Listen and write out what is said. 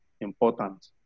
important